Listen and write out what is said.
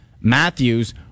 Matthews